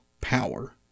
power